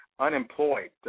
unemployed